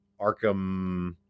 Arkham